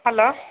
hello